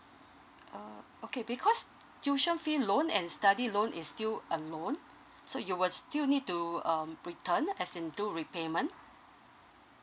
uh okay because tuition fee loan and study loan is still a loan so you will still need to um return as in do repayment